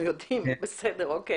אנחנו יודעים, אוקי